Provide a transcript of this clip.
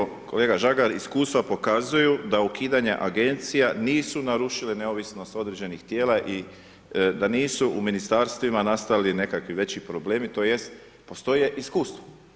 Hvala lijepo, kolega Žagar iskustva pokazuju da ukidanja agencija nisu narušile neovisnost određenih tijela i da nisu u ministarstvima nastali nekakvi veći problemi tj. postoje iskustva.